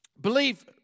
Believe